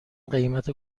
قیمت